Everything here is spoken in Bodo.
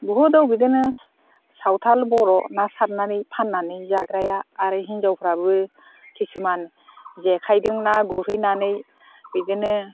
बहुद दं बिदिनो सावथाल बर' ना सारनानै फाननानै जाग्राया आरो हिनजावफ्राबो खिसुमान जेखाइजों ना गुरहैनानै बिदिनो